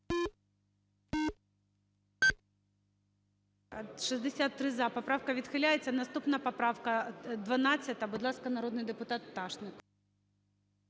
За-63 Поправка відхиляється. Наступна поправка 12. Будь ласка, народний депутат Пташник.